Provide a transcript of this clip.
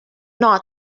not